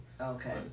Okay